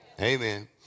Amen